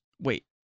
Wait